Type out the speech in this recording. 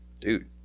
dude